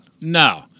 No